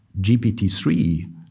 GPT-3